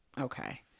okay